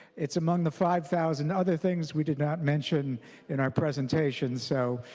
it's among the five thousand other things we do not mention in our presentation. so